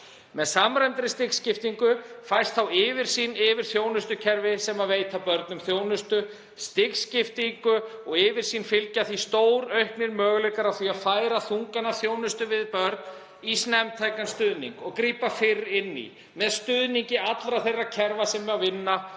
Með samræmdri stigskiptingu fæst þá yfirsýn yfir þjónustukerfi sem veita börnum þjónustu. Stigskiptingu og yfirsýn fylgja því stórauknir möguleikar á því að færa þungann af þjónustu við börn í snemmtækan stuðning og grípa fyrr inn í með stuðningi allra þeirra kerfa sem vinna að